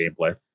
gameplay